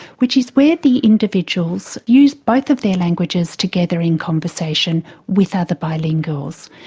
which is where the individuals use both of their languages together in conversation with other bilinguals,